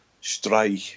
Stray